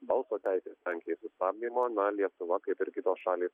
balso teisės lenkijai sustabdymo na lietuva kaip ir kitos šalys